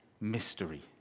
mystery